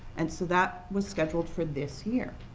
and so that was scheduled for this year.